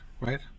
right